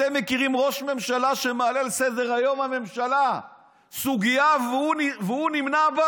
אתם מכירים ראש ממשלה שמעלה על סדר-יום הממשלה סוגיה והוא נמנע בה?